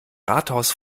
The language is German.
rathaus